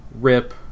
Rip